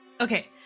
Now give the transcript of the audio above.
Okay